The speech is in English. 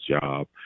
job